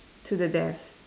to the death